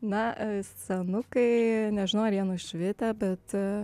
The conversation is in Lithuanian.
na senukai nežinau ar jie nušvitę bet